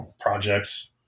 projects